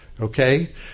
Okay